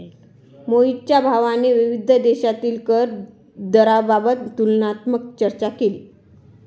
मोहितच्या भावाने विविध देशांतील कर दराबाबत तुलनात्मक चर्चा केली